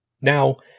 Now